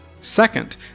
Second